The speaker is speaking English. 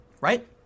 right